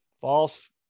False